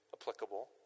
applicable